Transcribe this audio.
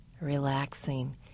Relaxing